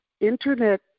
Internet